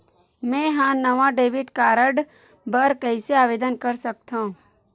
मेंहा नवा debit card बर कैसे आवेदन कर सकथव?